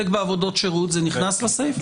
בעבודות שירות, זה נכנס לסעיף?